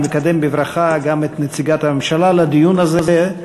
אני מקדם בברכה גם את נציגת הממשלה לדיון הזה,